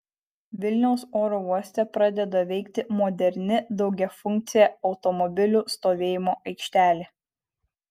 vilniaus oro uoste pradeda veikti moderni daugiafunkcė automobilių stovėjimo aikštelė